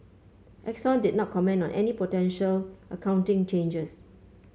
Exxon did not comment on any potential accounting changes